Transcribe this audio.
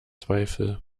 zweifel